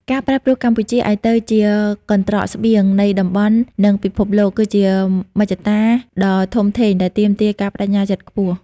ការប្រែក្លាយកម្ពុជាឱ្យទៅជា "កន្ត្រកស្បៀង" នៃតំបន់ និងពិភពលោក គឺជាមហិច្ឆតាដ៏ធំធេងដែលទាមទារការប្តេជ្ញាចិត្តខ្ពស់។